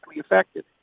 affected